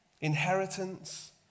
inheritance